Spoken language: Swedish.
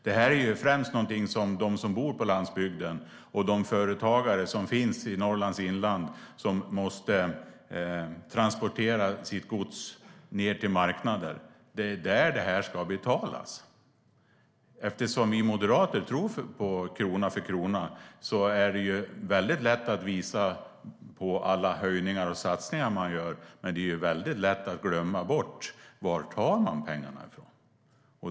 Det kommer främst de som bor på landsbygden och de företagare som finns i Norrlands inland, som måste transportera sitt gods ned till marknader, att få betala. Vi moderater tror på finansiering krona för krona. Det är lätt för er, Jens Holm, att visa på alla höjningar och satsningar ni gör, men det är också lätt att glömma bort att visa var ni tar pengarna ifrån.